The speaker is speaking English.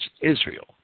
Israel